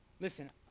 Listen